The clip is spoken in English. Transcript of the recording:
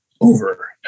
over